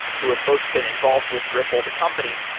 who have both been involved with ripple, the company.